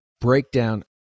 breakdown